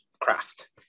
craft